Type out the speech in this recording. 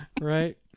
right